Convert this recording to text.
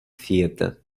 theatre